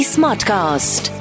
Smartcast